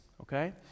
Okay